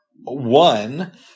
one